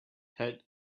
had